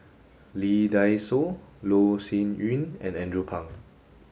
Lee Dai Soh Loh Sin Yun and Andrew Phang